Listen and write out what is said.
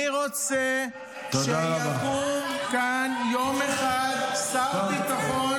אני רוצה שיקום כאן יום אחד שר ביטחון